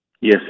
Yes